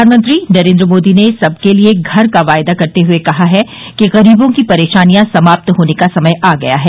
प्रधानमंत्री नरेन्द्र मोदी ने सबके लिए घर का वायदा करते हुए कहा है कि गरीबों की परेशानियां समाप्त होने का समय आ गया है